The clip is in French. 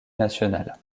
national